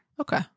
Okay